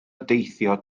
deithio